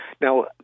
Now